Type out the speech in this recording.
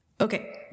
Okay